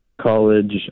college